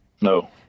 No